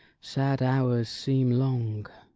sad hours seem long.